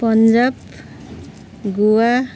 Punjab Goa